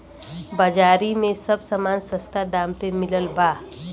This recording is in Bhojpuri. बाजारी में सब समान सस्ता दाम पे मिलत बा